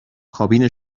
کابین